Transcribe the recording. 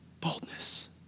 boldness